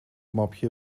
mapje